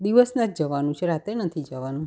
દિવસના જ જવાનું છે રાતે નથી જવાનું